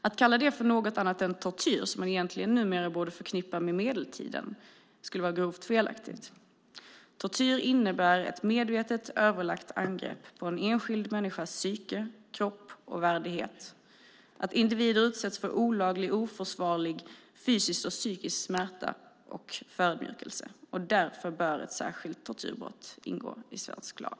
Att kalla detta för något annat än tortyr, som vi numera borde förknippa med medeltiden, skulle vara grovt felaktigt. Tortyr innebär ett medvetet och överlagt angrepp på en människas psyke, kropp och värdighet, och att individer utsätts för olaglig och oförsvarlig fysisk och psykisk smärta och förödmjukelse. Därför bör ett särskilt tortyrbrott ingå i svensk lag.